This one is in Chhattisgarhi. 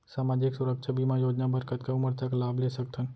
सामाजिक सुरक्षा बीमा योजना बर कतका उमर तक लाभ ले सकथन?